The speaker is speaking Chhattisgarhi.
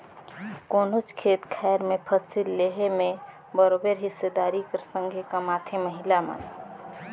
कोनोच खेत खाएर में फसिल लेहे में बरोबेर हिस्सादारी कर संघे कमाथें महिला मन